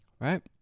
Right